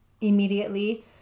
immediately